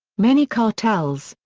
many cartels,